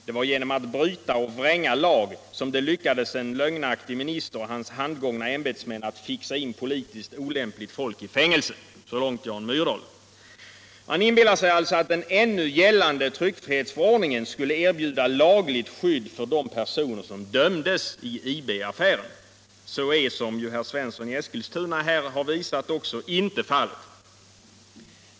Det var genom att bryta och vränga lag som det lyckades en lögnaktig minister och hans handgångna ämbetsmän att fixa in po Hitiskt olämpligt folk i fängelse.” Man inbillar sig alltså att den ännu gällande tryckfrihetsförordningen skulle erbjuda lagligt skydd för de personer som dömdes i IB-affären. Så är, som ju herr Svensson i Eskilstuna också har visat här, inte fallet.